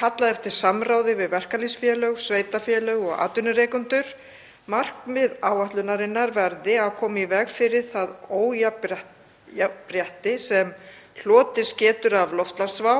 kallað eftir samráði við verkalýðsfélög, sveitarfélög og atvinnurekendur. Markmið áætlunarinnar verði að koma í veg fyrir það ójafnrétti sem hlotist getur af loftslagsvá